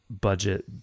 budget